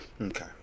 Okay